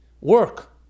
Work